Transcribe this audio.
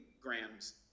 grams